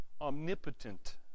omnipotent